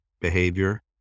behavior